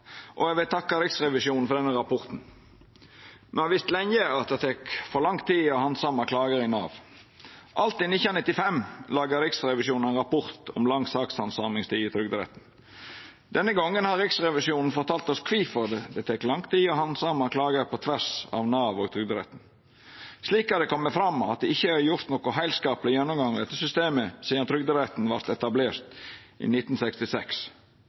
og eg vil takka Riksrevisjonen for denne rapporten. Me har visst lenge at det tek for lang tid å handsama klagar i Nav. Alt i 1995 laga Riksrevisjonen ein rapport om lang sakshandsamingstid i Trygderetten. Denne gongen har Riksrevisjonen fortalt oss kvifor det tek lang tid å handsama klagar på tvers av Nav og Trygderetten. Slik har det kome fram at det ikkje er gjort nokon heilskapleg gjennomgang i dette systemet sidan Trygderetten vart etablert i 1966.